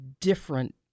different